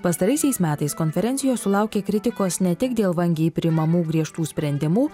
pastaraisiais metais konferencija sulaukė kritikos ne tik dėl vangiai priimamų griežtų sprendimų